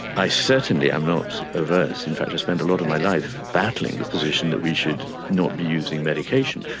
i certainly am not averse, in fact i've spent a lot of my life battling the position that we should not be using medication.